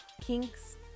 kinks